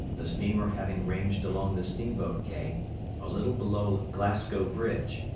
the steamer having ranged along the steamboat-quay a little below glasgow bridge,